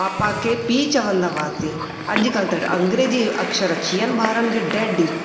पापा खे पीउ चवंदावासीं अॼु कल्ह त अंग्रेजी अक्षर अची विया आहिनि ॿारनि खे डैडी